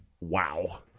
Wow